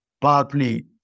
partly